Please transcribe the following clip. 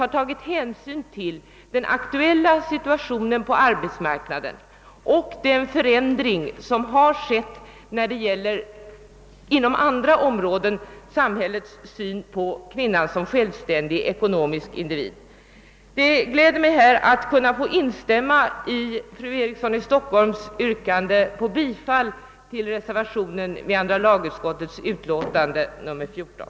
har tagit hänsyn till den aktuella situationen på arbetsmarknaden och den förändring som har skett när det på olika områden gäller samhällets syn på kvin nan som självständig ekonomisk individ. Det gläder mig att kunna instämma i fru Erikssons i Stockholm yrkande om bifall till reservationen vid andra lagutskottets utlåtande nr 14.